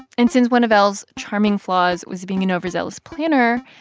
and since one of l's charming flaws was being an overzealous planner,